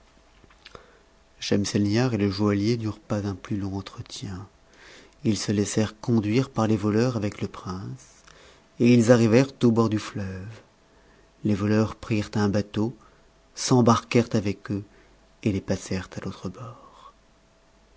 schemselnihar et le joaillier n'eurent pas un plus long entretien ils se sscrcnt conduire par les voleurs avec le priucc et ils arrivèrent au bord du fleuve les voleurs prirent un bateau s'embarquèrent avec eux et es passèrent à l'autre bord